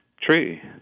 tree